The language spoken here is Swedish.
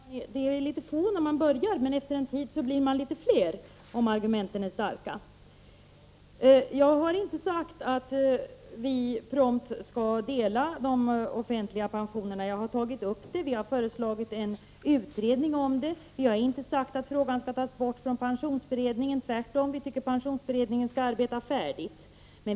Herr talman! Bara för att inte alla talar för en sak behöver det ju inte vara fel. Ofta är det ju så, att skaran är liten i början. Men efter en tid blir det fler om argumenten är starka. Jag har inte sagt att det prompt måste vara en delning när det gäller de offentliga pensionerna. Jag har visserligen tagit upp frågan, och en utredning har föreslagits. Men vi har inte sagt att frågan skall tas bort från pensionsberedningen, tvärtom. Vi tycker nämligen att pensionsberedningen skall arbeta färdigt med den.